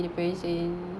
oh